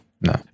no